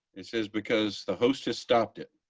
it says, because the host has stopped it.